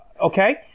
Okay